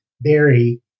berry